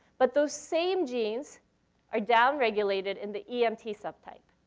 but those same genes are down-regulated in the emt subtype.